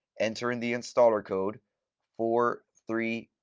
enter in the installer code four, three,